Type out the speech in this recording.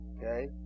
okay